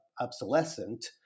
obsolescent